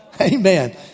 Amen